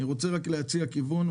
אני רוצה להציע כיוון,